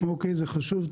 אוקיי, זה חשוב.